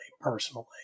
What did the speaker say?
personally